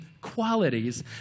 qualities